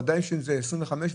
ודאי שזה 25,